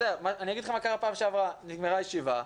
אגיד לך מה קרה בפעם שעברה: נגמרה הישיבה,